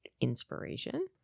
inspiration